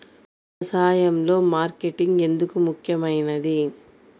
వ్యసాయంలో మార్కెటింగ్ ఎందుకు ముఖ్యమైనది?